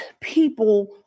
people